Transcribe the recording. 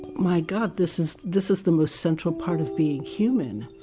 my god, this is this is the most central part of being human,